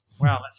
Wow